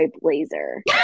blazer